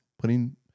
putting